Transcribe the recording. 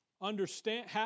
understand